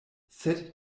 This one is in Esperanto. sed